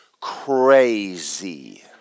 crazy